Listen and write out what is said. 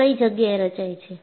આ કઈ જગ્યાએ રચાય છે